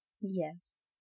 Yes